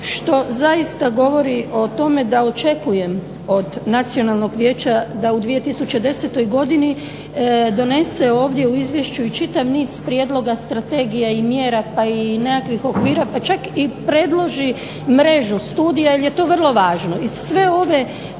što zaista govori o tome da očekujem od nacionalnog vijeća da u 2010. godini donese ovdje u izvješću i čitav niz prijedloga i strategija i mjera pa i nekakvih okvira pa čak i predloži mrežu studija jer je to vrlo važno. I sve ove